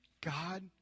God